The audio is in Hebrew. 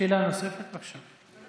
שאלה נוספת, בבקשה.